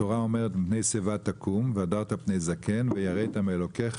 התורה אומרת "מפני שיבה תקום והדרת פני זקן ויראת מאלוקיך,